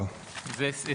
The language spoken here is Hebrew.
הצבעה בעד 4 נמנעים 3 אושר.